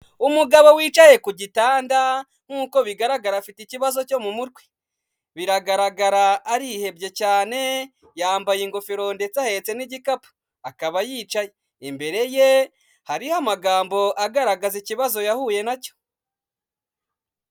Umugabo wicaye ku gitanda nk'uko bigaragara afite ikibazo cyo mu mutwe. Biragaragara arihebye cyane, yambaye ingofero ndetse ahetse n'igikapu. Akaba yicaye. Imbere ye hariho amagambo agaragaza ikibazo yahuye na cyo.